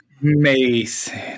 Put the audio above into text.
Mason